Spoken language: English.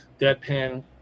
deadpan